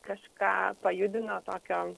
kažką pajudino tokio